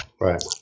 right